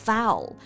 Foul